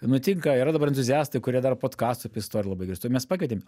nutinka yra dabar entuziastai kurie daro podkastus apie istoriją labai gerus tai mes pakvietėm